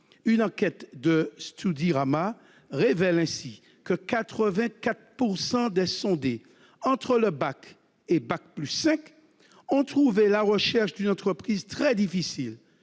Une enquête de Studyrama révèle ainsi que 84 % des sondés, entre le bac et bac+5, ont trouvé la recherche d'une entreprise très difficile.